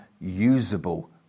usable